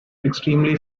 extremely